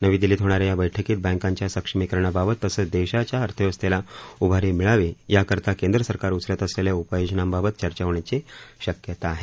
नवी दिल्लीत होणा या या बस्कीत बँकांच्या सक्षमीकरणाबाबत तसंच देशाच्या अर्थव्यवस्थेला उभारी मिळावी याकरता केंद्र सरकार उचलत असलेल्या उपायोजनांबाबत चर्चा होण्याची शक्यता आहे